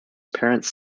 parents